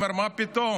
אומר: מה פתאום,